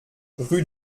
rue